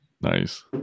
Nice